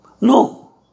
No